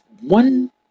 one